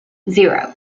zero